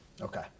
Okay